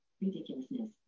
Ridiculousness